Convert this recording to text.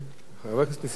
המידע שלי הוא מהיום,